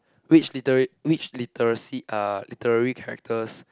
which literary which literacy uh literary characters